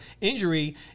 injury